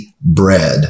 bread